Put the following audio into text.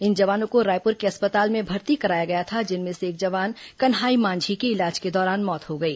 इन जवानों को रायपुर के अस्पताल में भर्ती कराया गया था जिनमें से एक जवान कन्हाई मांझी की इलाज के दौरान मौत हो गई